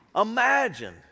Imagine